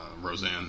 Roseanne